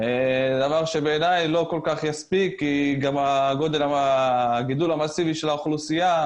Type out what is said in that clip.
דבר שבעיני לא כל כך יספיק כי הגידול המסיבי של האוכלוסייה,